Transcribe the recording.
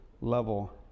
level